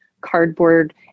cardboard